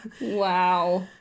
Wow